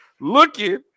looking